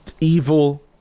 evil